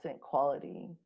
quality